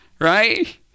right